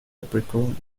capricorn